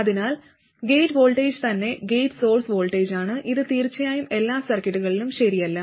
അതിനാൽ gate voltage തന്നെ gate source വോൾട്ടേജാണ് ഇത് തീർച്ചയായും എല്ലാ സർക്യൂട്ടുകളിലും ശരിയല്ല